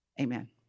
Amen